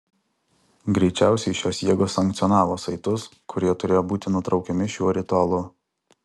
greičiausiai šios jėgos sankcionavo saitus kurie turėjo būti nutraukiami šiuo ritualu